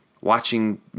watching